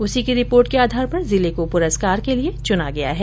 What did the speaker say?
उसी की रिपोर्ट के आधार पर जिले को पुरस्कार के लिये चुना गया है